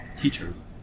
teachers